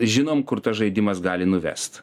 žinom kur tas žaidimas gali nuvest